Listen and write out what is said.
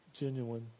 genuine